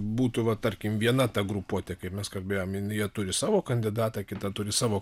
būtų va tarkim viena ta grupuotė kaip mes kalbėjom jie turi savo kandidatą kita turi savo